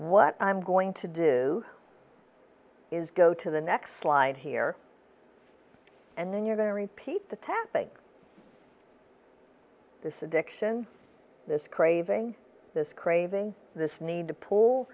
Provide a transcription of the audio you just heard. what i'm going to do is go to the next slide here and then you're going to repeat the tapping this addiction this craving this craving this need